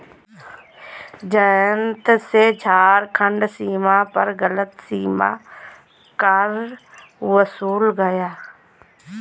जयंत से झारखंड सीमा पर गलत सीमा कर वसूला गया